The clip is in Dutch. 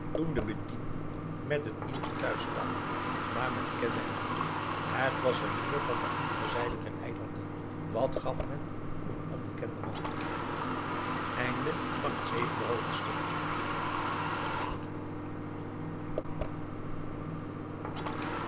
de bedienden met het nieuwtje thuis kwamen maar men kende hem niet het was een nieuwe van de andere zijde der eilanden wat gaf men om een onbekenden man p a